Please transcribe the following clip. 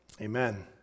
amen